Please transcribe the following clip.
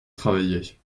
travaillait